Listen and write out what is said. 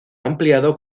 ampliado